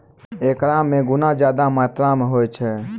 एकरा मे गुना ज्यादा मात्रा मे होय छै